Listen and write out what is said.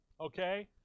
Okay